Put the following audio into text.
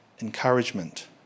encouragement